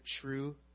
true